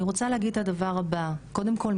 אני רוצה להגיד את הדבר הבא: קודם כל,